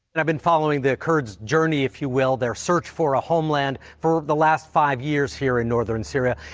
and i've been following the kurds journey, if you will, their search for a homeland for the last five years here in northern syria.